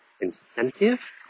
incentive